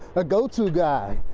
a go to guy.